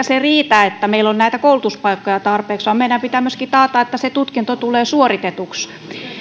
se riitä että meillä on näitä koulutuspaikkoja tarpeeksi vaan meidän pitää myöskin taata että se tutkinto tulee suoritetuksi